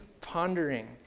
pondering